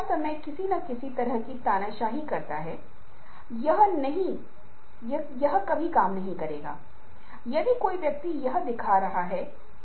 मैं आपके साथ कुछ दिलचस्प क्विज़ भी साझा करूँगा या आप ऐसी चुनौतियाँ भी कह सकते हैं जहाँ मैं आपसे यह निवेदन करूँगा कि आप अन्य लोगों में छल की पहचान करने में कितने अच्छे हैं